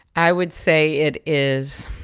i would say it is